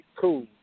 cool